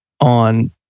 on